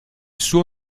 suo